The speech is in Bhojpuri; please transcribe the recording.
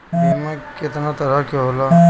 बीमा केतना तरह के होला?